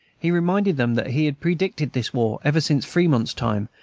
he reminded them that he had predicted this war ever since fremont's time,